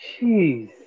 Jeez